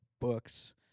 books